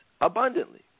abundantly